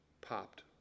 popped